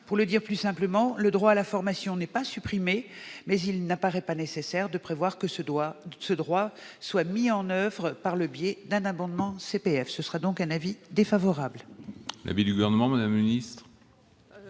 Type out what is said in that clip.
Pour le dire plus simplement, le droit à la formation n'est pas supprimé, mais il n'apparaît pas nécessaire de prévoir que ce droit soit mis en oeuvre par le biais d'un abondement CPF. L'avis est donc défavorable. Quel est l'avis du Gouvernement ? Même avis,